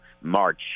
March